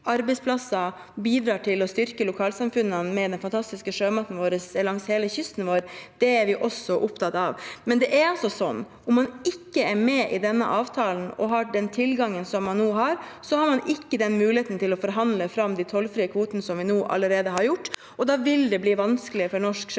arbeidsplasser og til å styrke lokalsamfunnene med den fantastiske sjømaten langs hele kysten vår, er vi også opptatt av. Samtidig er det sånn at om at man ikke er med i denne avtalen og har den tilgangen som man nå har, har man ikke den muligheten til å forhandle fram de tollfrie kvotene som vi nå allerede har gjort, og da vil det bli vanskelig for norsk sjømatnæring.